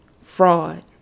fraud